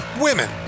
Women